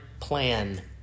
plan